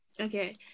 Okay